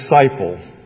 disciple